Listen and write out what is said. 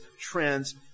trends